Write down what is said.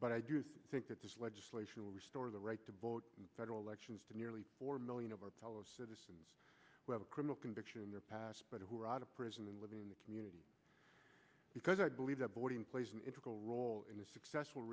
but i do think that this legislation will restore the right to vote in federal elections to nearly four million of our tell us citizens whether criminal conviction in their past but who are out of prison and living in the community because i believe that boarding plays an integral role in the successful